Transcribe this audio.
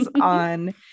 on